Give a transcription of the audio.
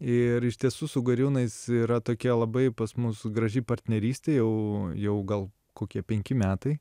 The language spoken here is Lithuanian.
ir iš tiesų su gariūnais yra tokia labai pas mus graži partnerystė jau jau gal kokie penki metai